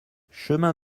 chemin